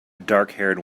darkhaired